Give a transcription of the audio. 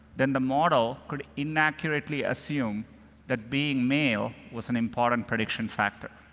then the model could inaccurately assume that being male was an important prediction factor.